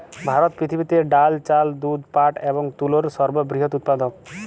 ভারত পৃথিবীতে ডাল, চাল, দুধ, পাট এবং তুলোর সর্ববৃহৎ উৎপাদক